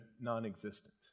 non-existent